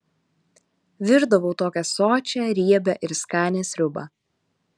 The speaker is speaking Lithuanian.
virdavau tokią sočią riebią ir skanią sriubą